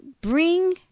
bring